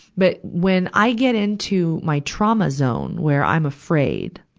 but when i get into my trauma zone where i'm afraid,